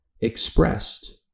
expressed